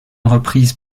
reprise